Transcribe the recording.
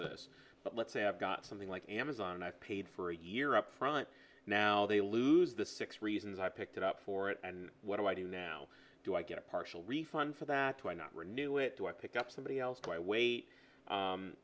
this but let's say i've got something like amazon i paid for a year upfront now they lose the six reasons i picked it up for it and what do i do now do i get a partial refund for that why not renew it do i pick up somebody else